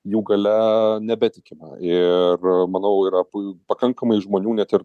jų galia nebetikima ir manau yra pakankamai žmonių net ir